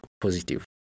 positive